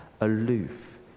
aloof